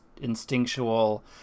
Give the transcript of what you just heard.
instinctual